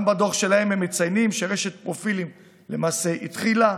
גם בדוח שלהם הם מציינים שרשת פרופילים למעשה התחילה,